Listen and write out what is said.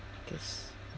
because